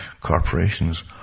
corporations